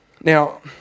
Now